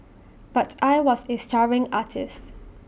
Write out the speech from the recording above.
but I was A starving artist